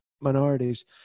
minorities